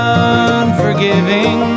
unforgiving